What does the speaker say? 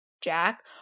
Jack